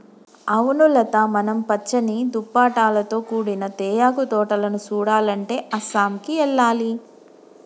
అవును లత మనం పచ్చని దుప్పటాలతో కూడిన తేయాకు తోటలను సుడాలంటే అస్సాంకి ఎల్లాలి